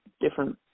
different